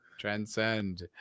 Transcend